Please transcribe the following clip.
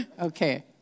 Okay